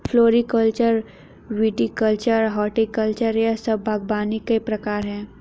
floriculture, viticulture, horticulture यह सब बागवानी के प्रकार है